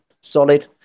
Solid